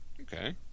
Okay